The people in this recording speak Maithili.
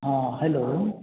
हँ हेलो